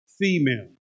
female